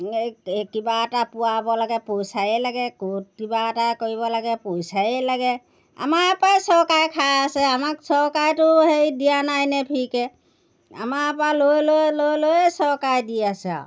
এই এই কিবা এটা পূৰাব লাগে পইচাই লাগে ক'ত কিবা এটা কৰিব লাগে পইচাই লাগে আমাৰপৰাই চৰকাৰে খাই আছে আমাক চৰকাৰেতো হেৰি দিয়া নাইনে ফ্ৰীকৈ আমাৰপৰা লৈ লৈ লৈ লৈয়ে চৰকাৰে দি আছে আৰু